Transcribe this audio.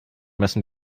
müssen